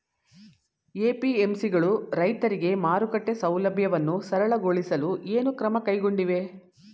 APMC ಗಳು ರೈತರಿಗೆ ಮಾರುಕಟ್ಟೆ ಸೌಲಭ್ಯವನ್ನು ಸರಳಗೊಳಿಸಲು ಏನು ಕ್ರಮ ಕೈಗೊಂಡಿವೆ?